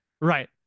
right